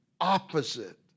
opposite